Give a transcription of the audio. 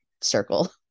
circle